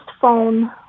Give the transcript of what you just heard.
phone